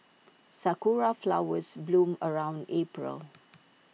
Sakura Flowers bloom around April